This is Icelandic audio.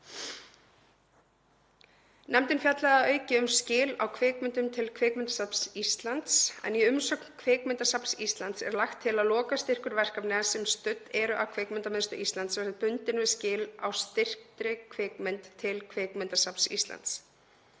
Nefndin fjallaði að auki um skil á kvikmyndum til Kvikmyndasafns Íslands en í umsögn Kvikmyndasafns Íslands er lagt til að lokastyrkur verkefna sem studd eru af Kvikmyndamiðstöð Íslands verði bundinn við skil á styrktri kvikmynd til Kvikmyndasafns Íslands.